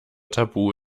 tabu